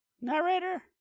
narrator